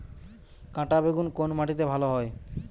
কাঁটা বেগুন কোন মাটিতে ভালো হয়?